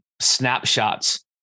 snapshots